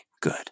good